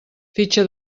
fitxa